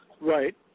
Right